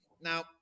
Now